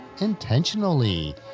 intentionally